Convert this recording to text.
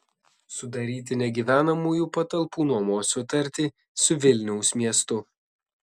sudaryti negyvenamųjų patalpų nuomos sutartį su vilniaus miestu